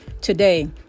Today